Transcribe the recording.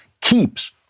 keeps